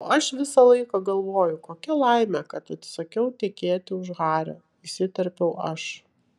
o aš visą laiką galvoju kokia laimė kad atsisakiau tekėti už hario įsiterpiau aš